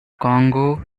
congo